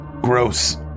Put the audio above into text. Gross